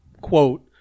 quote